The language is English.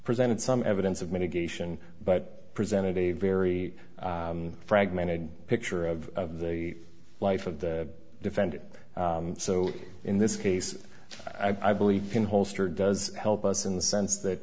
presented some evidence of mitigation but presented a very fragmented picture of the life of the defendant so in this case i believe can holster does help us in the sense that